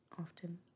often